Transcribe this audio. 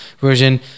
version